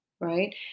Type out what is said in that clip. Right